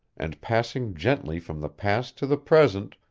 and, passing gently from the past to the present,